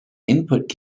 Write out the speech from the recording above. input